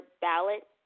ballot